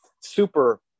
super